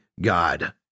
God